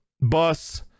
bus